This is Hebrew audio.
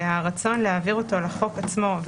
והרצון להעביר אותו לחוק עצמו,